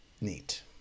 neat